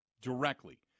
directly